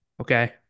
Okay